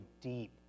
deep